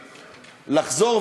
לחזור,